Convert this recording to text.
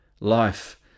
life